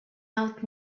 out